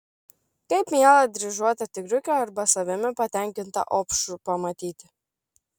kaip mielą dryžuotą tigriuką arba savimi patenkintą opšrų pamatyti